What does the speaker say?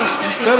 תמשיך, תמשיך.